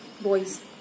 boys